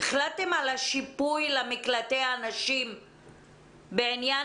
החלטתם על השיפוי למקלטי הנשים בעניין